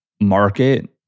market